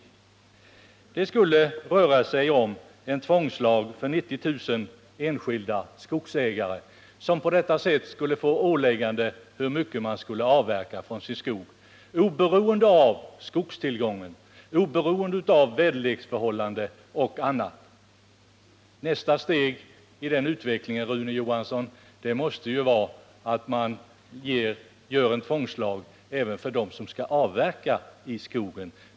Förslaget gäller en tvångslag som skulle beröra 90 000 enskilda skogsägare — som på det sättet skulle få åläggande om hur mycket de skall avverka från sin skog, oberoende av skogstillgången, oberoende av väderleksförhållanden och annat. Nästa steg i den utvecklingen, Rune Johansson, måste vara att man gör en tvångslag även för dem som skall avverka i skogen!